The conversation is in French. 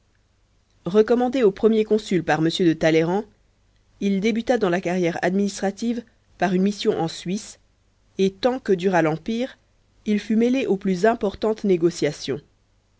recommandé au premier consul par m de talleyrand il débuta dans la carrière administrative par une mission en suisse et tant que dura l'empire il fut mêlé aux plus importantes négociations